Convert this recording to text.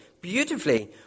beautifully